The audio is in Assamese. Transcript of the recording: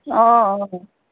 অঁ অঁ